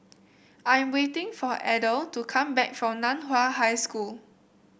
I am waiting for Adel to come back from Nan Hua High School